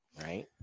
right